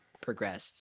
progressed